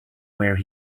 wear